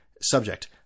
subject